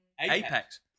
Apex